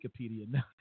Wikipedia